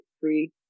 Free